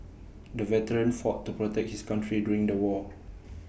the veteran fought to protect his country during the war